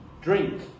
drink